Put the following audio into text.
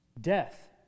Death